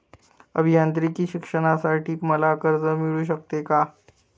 अभियांत्रिकी शिक्षणासाठी मला कर्ज मिळू शकते का?